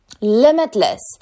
limitless